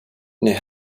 near